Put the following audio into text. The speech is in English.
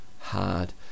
hard